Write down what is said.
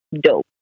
dope